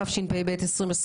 התשפ"ב-2021?